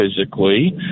physically